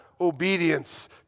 obedience